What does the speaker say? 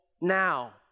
now